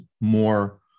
more